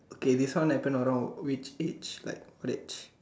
okay this one I turn around which age like what age